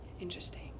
Interesting